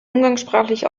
umgangssprachlich